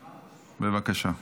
בבקשה.